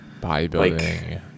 Bodybuilding